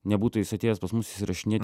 nebūtų jis atėjęs pas mus įsirašinėti